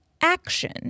action